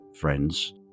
friends